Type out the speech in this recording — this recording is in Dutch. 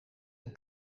een